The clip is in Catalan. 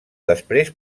després